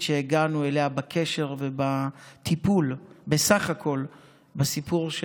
שהגענו אליה בקשר ובטיפול בסך הכול בסיפור,